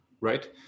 right